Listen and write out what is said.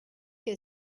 que